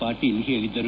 ಪಾಟೀಲ್ ಹೇಳಿದರು